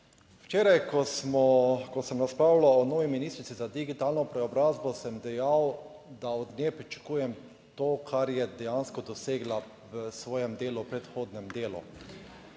Včeraj, ko sem razpravljal o novi ministrici za digitalno preobrazbo, sem dejal, da od nje pričakujem to, kar je dejansko dosegla v svojem delu, v predhodnem delu